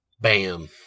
Bam